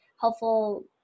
helpful